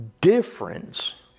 difference